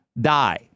die